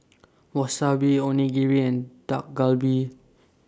Wasabi Onigiri and Dak Galbi